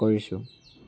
কৰিছোঁ